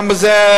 גם בזה, גם בזה,